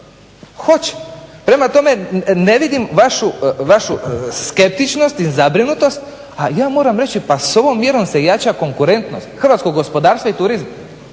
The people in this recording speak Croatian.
Hoće. Prema tome ne vidim vašu skeptičnost i zabrinutost, a ja moram reći pa s ovom mjerom se jača konkurentnost hrvatskog gospodarstva i turizma,